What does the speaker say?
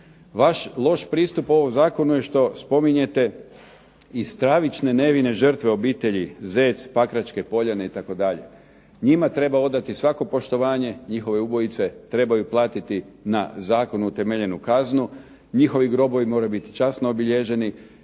Vaš loš pristup ovom Zakonu je što spominjete stravične nevine žrtve obitelji Zec, Pakračke poljane itd., njima treba odati svako poštovanje, njihove ubojice trebaju platiti na zakonu temeljenu kaznu, njihovi grobovi moraju biti časno obilježeni